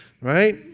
right